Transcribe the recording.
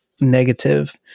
negative